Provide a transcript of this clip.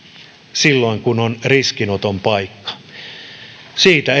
silloin kun on riskinoton paikka siitä